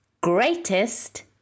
greatest